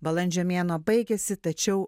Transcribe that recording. balandžio mėnuo baigiasi tačiau